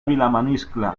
vilamaniscle